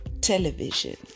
television